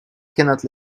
cannot